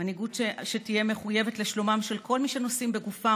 מנהיגות שתהיה מחויבת לשלומם של כל מי שנושאים בגופם